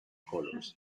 colors